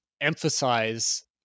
emphasize